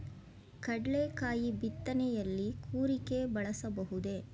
ಕಡ್ಲೆಕಾಯಿ ಬಿತ್ತನೆಯಲ್ಲಿ ಕೂರಿಗೆ ಬಳಸಬಹುದೇ?